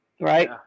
right